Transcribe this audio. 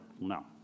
no